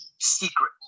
secret